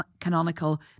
canonical